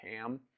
ham